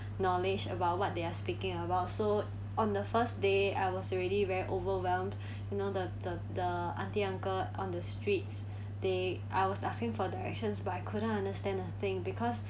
knowledge about what they are speaking about so on the first day I was already very overwhelmed you know the the the aunty uncle on the streets they I was asking for directions but I couldn't understand a thing because